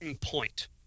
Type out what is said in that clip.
point